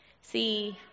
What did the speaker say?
see